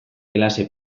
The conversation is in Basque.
klase